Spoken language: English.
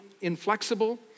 inflexible